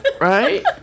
Right